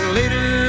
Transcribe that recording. later